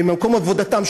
ממקום עבודתם,